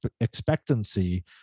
expectancy